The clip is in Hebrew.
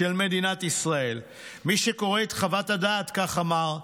של מדינת ישראל: "מי שקורא את חוות הדעת", כך אמר,